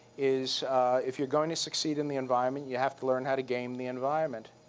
is if you're going to succeed in the environment, you have to learn how to game the environment.